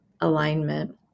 alignment